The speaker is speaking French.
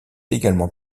également